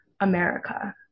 America